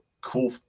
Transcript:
cool